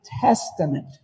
Testament